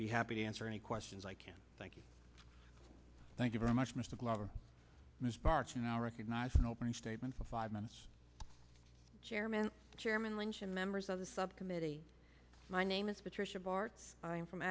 be happy to answer any questions i can thank you thank you very much mr glover ms parts now recognize an opening statement of five minutes chairman chairman lynch and members of the subcommittee my name is patricia bartz i'm from